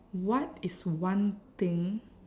what is one thing